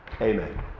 amen